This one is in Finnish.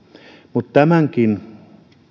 mutta tämänkin